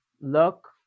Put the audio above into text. look